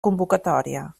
convocatòria